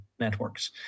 networks